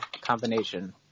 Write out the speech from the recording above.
combination